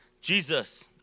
Jesus